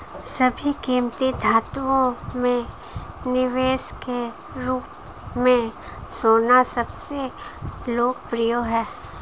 सभी कीमती धातुओं में निवेश के रूप में सोना सबसे लोकप्रिय है